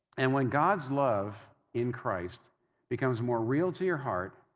and when god's love in christ becomes more real to your heart,